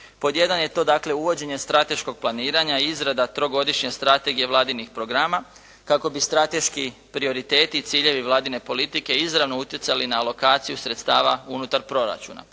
Pod 1. je to dakle uvođenje strateškog planiranja i izrada trogodišnje strategije vladinih programa kako bi strateški prioriteti i ciljevi vladine politike izravno utjecali na lokaciju sredstava unutar proračuna.